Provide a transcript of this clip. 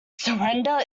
surrender